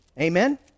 Amen